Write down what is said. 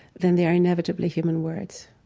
then they are inevitably human words